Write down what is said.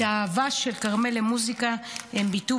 את האהבה של כרמל למוזיקה הן ביטאו